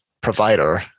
provider